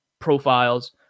profiles